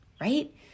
right